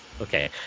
Okay